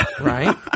right